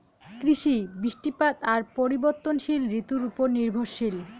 কৃষি, বৃষ্টিপাত আর পরিবর্তনশীল ঋতুর উপর নির্ভরশীল